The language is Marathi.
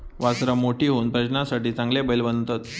वासरां मोठी होऊन प्रजननासाठी चांगले बैल बनतत